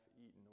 eaten